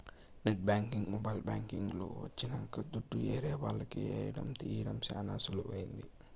net banking mobile banking లు వచ్చినంక దుడ్డు ఏరే వాళ్లకి ఏయడం తీయడం చానా సులువైంది